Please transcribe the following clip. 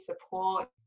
support